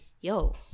Yo